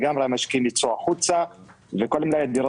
המשקיעים ייצאו החוצה לגמרי,